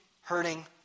hurting